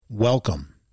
Welcome